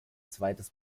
zweites